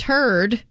Turd